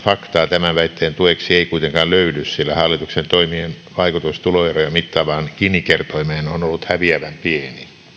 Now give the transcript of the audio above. faktaa tämän väitteen tueksi ei kuitenkaan löydy sillä hallituksen toimien vaikutus tuloeroja mittaavaan gini kertoimeen on on ollut häviävän pieni